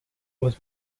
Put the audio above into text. was